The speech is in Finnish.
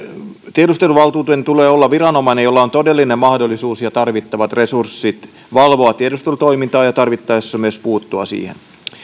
tiedusteluvaltuutetun tulee olla viranomainen jolla on todellinen mahdollisuus ja tarvittavat resurssit valvoa tiedustelutoimintaa ja tarvittaessa myös puuttua siihen